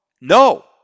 No